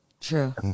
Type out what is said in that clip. true